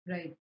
Right